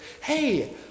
Hey